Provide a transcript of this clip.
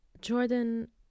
Jordan